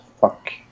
fuck